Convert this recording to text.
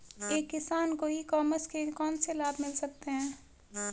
एक किसान को ई कॉमर्स के कौनसे लाभ मिल सकते हैं?